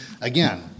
again